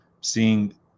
seeing